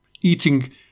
eating